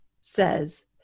says